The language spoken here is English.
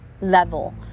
level